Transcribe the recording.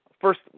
first